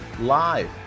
live